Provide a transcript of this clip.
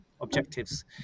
objectives